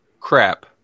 crap